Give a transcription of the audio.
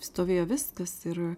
stovėjo viskas ir